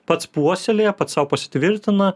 pats puoselėja pats sau pasitvirtina